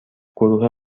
گروه